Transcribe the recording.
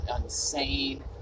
insane